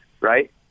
right